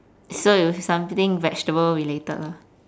so you something vegetable related lah